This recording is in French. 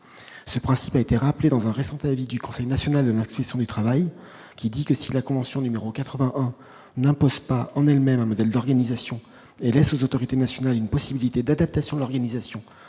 ce principe a été rappelé dans un récent avis du Conseil national de l'instruction du travail qui dit que, si la convention numéro 81 n'impose pas, en elle-même un modèle d'organisation et laisse aux autorités nationales, une possibilité d'adaptation de l'organisation